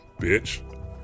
bitch